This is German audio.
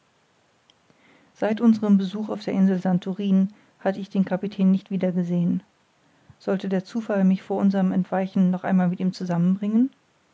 seit unserem besuch auf der insel santorin hatte ich den kapitän nicht wieder gesehen sollte der zufall mich vor unserem entweichen noch einmal mit ihm zusammen